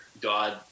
god